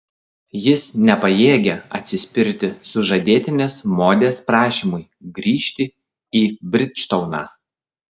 jis nepajėgia atsispirti sužadėtinės modės prašymui grįžti į bridžtauną